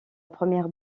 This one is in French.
première